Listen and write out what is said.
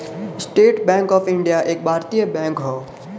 estate Bank of India एक भारतीय bank हौ